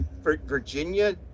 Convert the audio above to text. Virginia